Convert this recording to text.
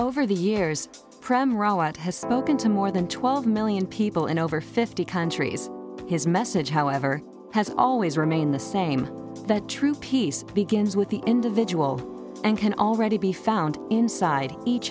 to more than twelve million people in over fifty countries his message however has always remained the same the true peace begins with the individual and can already be found inside each